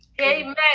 amen